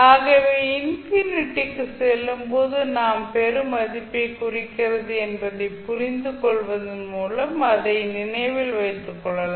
ஆகவே இன்ஃபினிட்டி க்கு செல்லும் போது நாம் பெறும் மதிப்பை குறிக்கிறது என்பதை புரிந்து கொள்வதன் மூலம் அதை நினைவில் வைத்துக் கொள்ளலாம்